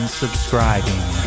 subscribing